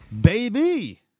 baby